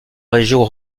région